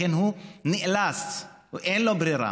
לכן הוא נאלץ, אין לו ברירה,